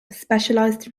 specialised